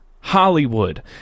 Hollywood